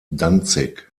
danzig